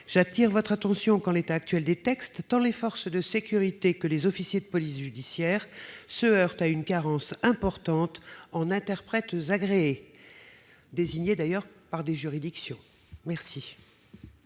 sur le fait que, en l'état actuel des textes, tant les forces de sécurité que les officiers de police judiciaire se heurtent à une carence importante en matière d'interprètes agréés, désignés d'ailleurs par des juridictions. Quel